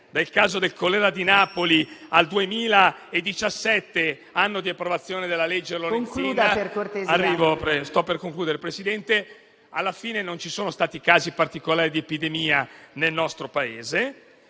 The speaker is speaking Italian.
dal caso del colera di Napoli, al 2017, anno di approvazione della legge Lorenzin, alla fine non ci sono stati casi particolari di epidemia nel nostro Paese.